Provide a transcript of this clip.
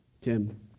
Tim